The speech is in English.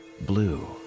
Blue